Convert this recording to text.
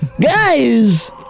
Guys